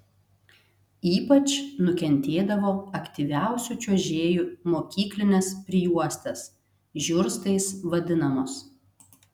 ypač nukentėdavo aktyviausių čiuožėjų mokyklinės prijuostės žiurstais vadinamos